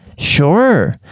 Sure